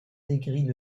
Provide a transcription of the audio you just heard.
décrit